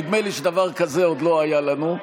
נדמה לי שדבר כזה עוד לא היה לנו.